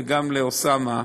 וגם לאוסאמה.